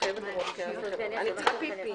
בשעה 12:00.